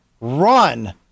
run